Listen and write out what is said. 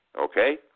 okay